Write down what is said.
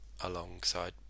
alongside